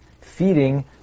feeding